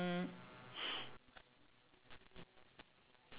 I quite like content with my own life already so I never thought about it but